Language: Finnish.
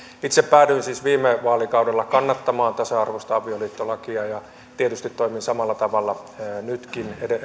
itse päädyin siis viime vaalikaudella kannattamaan tasa arvoista avioliittolakia ja tietysti toimin samalla tavalla nytkin